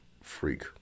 freak